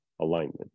alignment